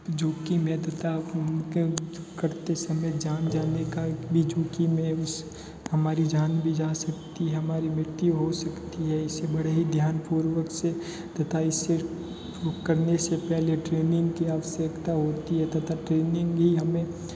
जो की में तथा क करते समय जान जाने का भी क्योंकि मैं उस हमारी जान भी जा सकती हमारी मृत्यु हो सकती है इसे बड़े ही ध्यानपूर्वक से तथा इसे करने से पहले ट्रेनिंग की आवश्यकता होती है तथा ट्रेनिंग ही हमें